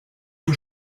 que